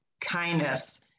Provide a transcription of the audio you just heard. Kindness